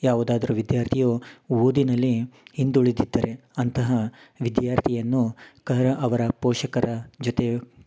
ಯಾವುದಾದರು ವಿದ್ಯಾರ್ಥಿಯು ಓದಿನಲ್ಲಿ ಹಿಂದುಳಿದಿದ್ದರೆ ಅಂತಹ ವಿದ್ಯಾರ್ಥಿಯನ್ನು ಕರ ಅವರ ಪೋಷಕರ ಜೊತೆ